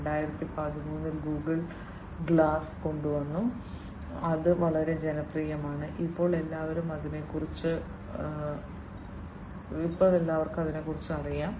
2013 ൽ Google Google Glass കൊണ്ടുവന്നു അത് വളരെ ജനപ്രിയമാണ് ഇപ്പോൾ എല്ലാവർക്കും അതിനെക്കുറിച്ച് അറിയാം